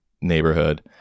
neighborhood